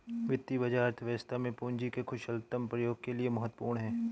वित्तीय बाजार अर्थव्यवस्था में पूंजी के कुशलतम प्रयोग के लिए महत्वपूर्ण है